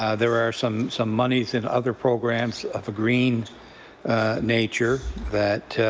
ah there are some some monies in other programs of a green nature that